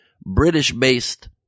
British-based